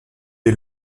est